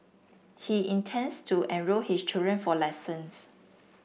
he intends to enrol his children for lessons